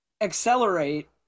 accelerate